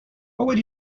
would